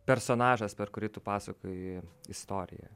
personažas per kurį tu pasakoji istoriją